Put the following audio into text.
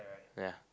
ya